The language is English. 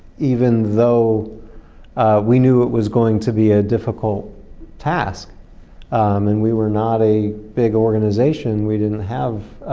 even though we knew it was going to be a difficult task and we were not a big organization we didn't have,